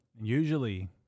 Usually